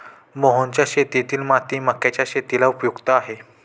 मोहनच्या शेतातील माती मक्याच्या शेतीला उपयुक्त आहे